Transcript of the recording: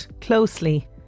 closely